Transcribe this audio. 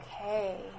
Okay